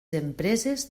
empreses